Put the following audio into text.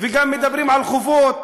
וגם מדברים על חובות.